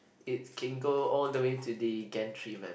it can go all the way to the gantry man